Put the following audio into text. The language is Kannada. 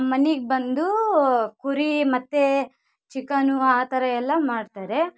ಮನಿಗೆ ಬಂದು ಕುರಿ ಮತ್ತು ಚಿಕನು ಆ ಥರ ಎಲ್ಲ ಮಾಡ್ತಾರೆ